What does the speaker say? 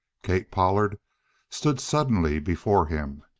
kate pollard stood suddenly before him.